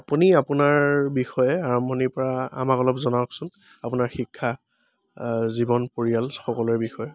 আপুনি আপোনাৰ বিষয়ে আৰম্ভণিৰপৰা আমাক অলপ জনাওকচোন আপোনাৰ শিক্ষা জীৱন পৰিয়াল সকলোৰে বিষয়ে